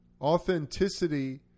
authenticity